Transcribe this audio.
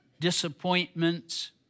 disappointments